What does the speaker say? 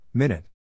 Minute